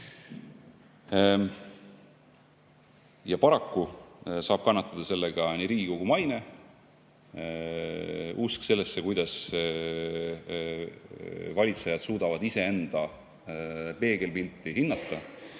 Paraku saab kannatada sellega nii Riigikogu maine, usk sellesse, kuidas valitsejad suudavad iseenda peegelpilti hinnata,